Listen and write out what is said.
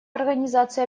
организации